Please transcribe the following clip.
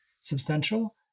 substantial